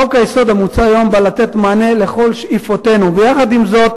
חוק-היסוד המוצע היום בא לתת מענה לכל שאיפותינו ויחד עם זאת